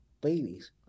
babies